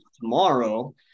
tomorrow